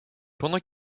pendant